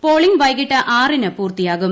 polling വൈകിട്ട് ആറിന് പൂർത്തിയാകും